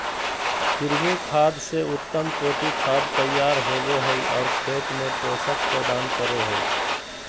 कृमि खाद से उत्तम कोटि खाद तैयार होबो हइ और खेत में पोषक प्रदान करो हइ